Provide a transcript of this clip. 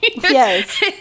Yes